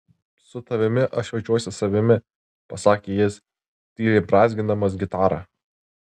su tavimi aš jaučiuosi savimi pasakė jis tyliai brązgindamas gitarą